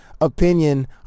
opinion